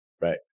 right